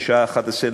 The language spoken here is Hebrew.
בשעה 23:00,